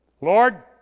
Lord